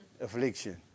affliction